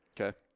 Okay